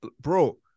bro